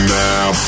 now